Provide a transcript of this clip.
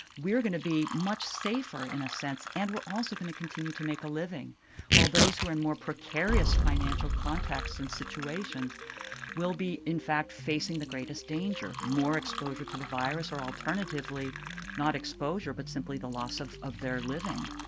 going to be much safer, in a sense. and we're also going to continue to make a living while those who are in more precarious financial contexts and situations will be, in fact, fact, facing the greatest danger more exposure to the virus or alternatively not exposure but simply the loss of of their living